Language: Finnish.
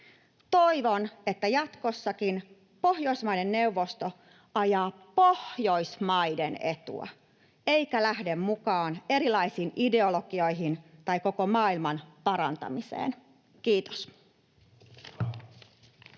Toivon, että jatkossakin Pohjoismaiden neuvosto ajaa Pohjoismaiden etua eikä lähde mukaan erilaisiin ideologioihin tai koko maailman parantamiseen. — Kiitos.